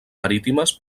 marítimes